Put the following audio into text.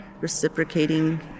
reciprocating